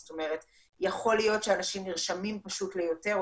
זאת אומרת יכול להיות שאנשים נרשמים פשוט ליותר,